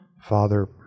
Father